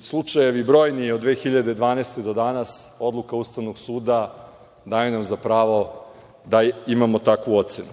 slučajevi od 2012. godine do danas odluka Ustavnog suda daje nam za pravo da imamo takvu ocenu.